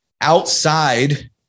outside